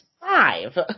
five